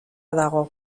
dago